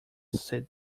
said